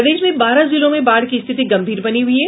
प्रदेश में बारह जिलों में बाढ़ की स्थिति गंभीर बनी हुई है